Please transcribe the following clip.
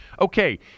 okay